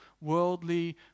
worldly